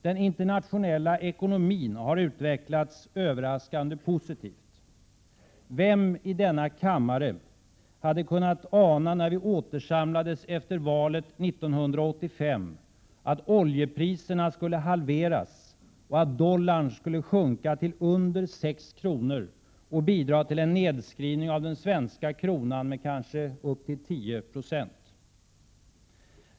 Den internationella ekonomin har utvecklats överraskande positivt. Vem i denna kammare hade, när vi återsamlades efter valet 1985, kunnat ana att oljepriserna skulle halveras och att dollarn skulle sjunka till under 6 kr. och bidra till en nedskrivning av den svenska kronan med kanske uppåt 10 90.